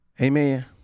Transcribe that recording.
Amen